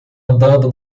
andando